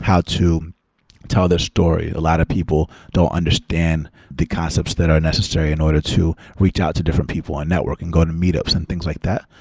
how to tell their story. a lot of people don't understand the concepts that are necessary in order to reach out to different people, and networking, go to meet-ups and things like that.